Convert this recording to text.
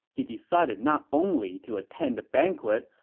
he decided not only to attend the banquet,